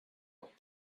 what